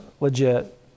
legit